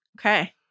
Okay